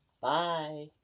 Bye